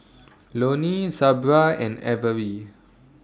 Loney Sabra and Averie